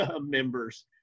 members